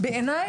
בעיני,